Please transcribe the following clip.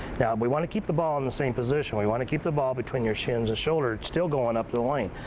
now, we want to keep the ball in the same position. we want to keep the ball between your chin and shoulder, it's still going up to the lane.